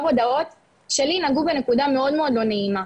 הודעות שלי נגעו בנקודה מאוד לא נעימה,